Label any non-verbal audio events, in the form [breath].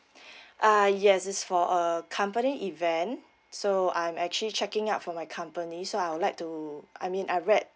[breath] uh yes it's for a company event so I'm actually checking up for my company so I would like to I mean I read